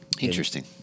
Interesting